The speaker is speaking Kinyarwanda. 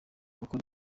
gukora